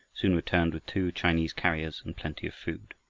soon returned with two chinese carriers and plenty of food.